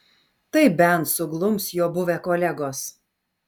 tai bent suglums jo buvę kolegos